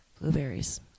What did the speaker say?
blueberries